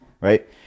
right